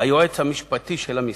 היועץ המשפטי של המשרד,